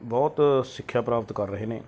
ਬਹੁਤ ਸਿੱਖਿਆ ਪ੍ਰਾਪਤ ਕਰ ਰਹੇ ਨੇ